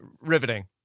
riveting